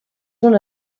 una